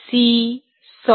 Csolid